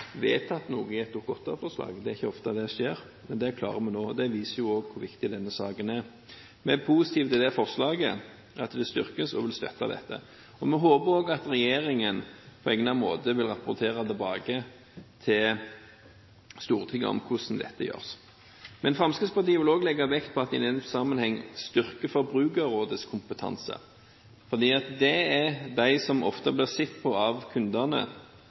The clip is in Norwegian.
vedtatt noe gjennom et Dokument 8-forslag. Det er ikke ofte det skjer. Det klarer man nå, og det viser også hvor viktig denne saken er. Vi er positive til det forslaget, at det styrkes, og vil støtte dette. Vi håper også at regjeringen på egnet måte vil rapportere tilbake til Stortinget om hvordan dette gjøres. Fremskrittspartiet vil i den sammenheng også legge vekt på å styrke Forbrukerrådets kompetanse. For det er ofte de som må ta klagen inn til Finansklagenemnda. Da ser en altså på